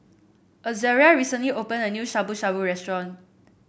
Azaria recently open a new Shabu Shabu Restaurant